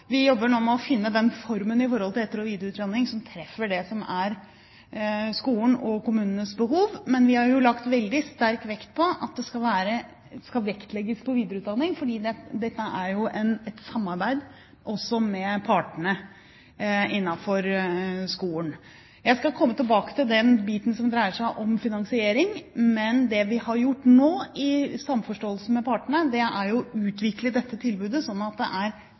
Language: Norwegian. Vi jobber nå med å finne den formen på etter- og videreutdanning som treffer det som er skolens og kommunenes behov. Men vi har jo sagt veldig sterkt at videreutdanning skal vektlegges, for dette er jo et samarbeid også med partene i skolen. Jeg skal komme tilbake til den biten som dreier seg om finansiering. Men det vi har gjort nå, i samforståelse med partene, er å utvikle dette tilbudet slik at det er